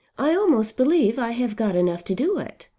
i almost believe i have got enough to do it.